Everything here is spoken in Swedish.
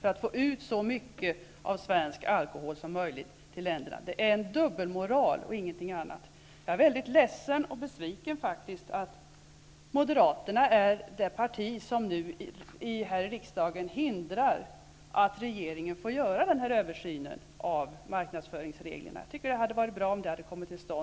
för att få ut så mycket som möjligt av svensk alkohol till andra länder? Det är dubbelmoral och ingenting annat. Jag är ledsen och besviken att Moderaterna är det parti som nu här i riksdagen hindrar att regeringen får göra denna översyn av marknadsföringsreglerna. Det hade varit bra om den kommit till stånd.